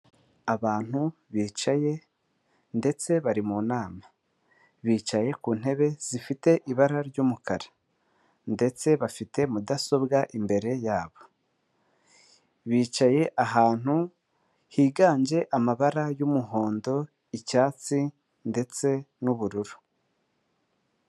Abantu bicaye ndetse bari mu nama, bicaye ku ntebe zifite ibara ry'umukara ndetse bafite mudasobwa imbere yabo, bicaye ahantu higanje amabara y'umuhondo, icyatsi ndetse n'ubururu.